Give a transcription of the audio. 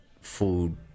food